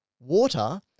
Water